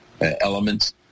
elements